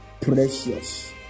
precious